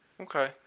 Okay